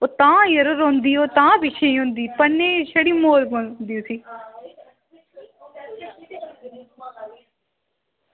तां छड़ी रोंदी ते पढ़नै ई पिच्छें होंदी ते मौत पौंदी